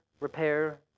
Repair